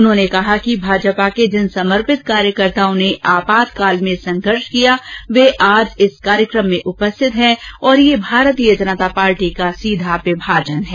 उन्होंने कहा कि भारतीय जनता पार्टी के जिन समर्पित कार्यकर्ताओं ने आपातकाल में संघर्ष किया वे आज इस कार्यक्रम में उपस्थित हैं और यह भारतीय जनता पार्टी का सीधा विमाजन है